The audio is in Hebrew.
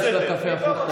ארבע שנים הכול היה בסדר.